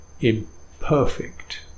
imperfect